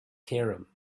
cairum